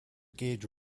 gauge